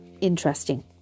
interesting